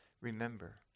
remember